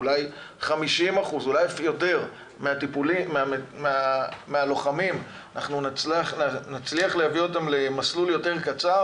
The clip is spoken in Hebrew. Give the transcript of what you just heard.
אולי 50% ואולי אף יותר מן הלוחמים נצליח להביא אותם למסלול קצר יותר